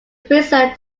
preserve